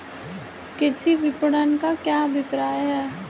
कृषि विपणन का क्या अभिप्राय है?